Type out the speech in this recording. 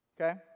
Okay